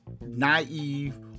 naive